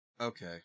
Okay